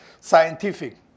scientific